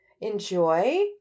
enjoy